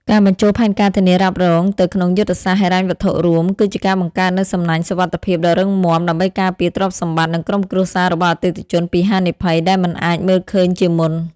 ការបញ្ចូលផែនការធានារ៉ាប់រងទៅក្នុងយុទ្ធសាស្ត្រហិរញ្ញវត្ថុរួម គឺជាការបង្កើតនូវសំណាញ់សុវត្ថិភាពដ៏រឹងមាំដើម្បីការពារទ្រព្យសម្បត្តិ និងក្រុមគ្រួសាររបស់អតិថិជនពីហានិភ័យដែលមិនអាចមើលឃើញជាមុន។